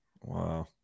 Wow